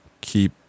keep